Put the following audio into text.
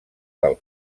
del